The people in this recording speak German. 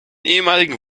ehemaligen